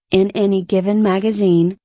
in any given magazine,